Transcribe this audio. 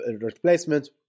replacement